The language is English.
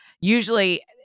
usually